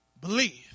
believe